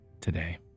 today